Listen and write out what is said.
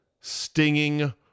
stinging